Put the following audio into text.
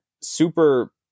super